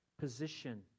position